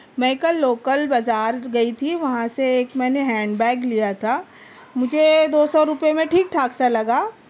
میں کل لوکل بازار گئی تھی وہاں سے ایک میں نے ہینڈ بیگ لیا تھا مجھے دو سو روپے میں ٹھیک ٹھاک سا لگا